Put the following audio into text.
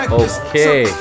okay